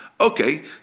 Okay